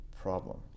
problem